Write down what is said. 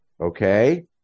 Okay